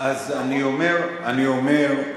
אני אומר: